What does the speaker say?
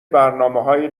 برنامههای